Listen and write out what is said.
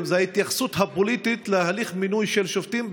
זה ההתייחסות הפוליטית להליך מינוי של שופטים,